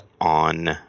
on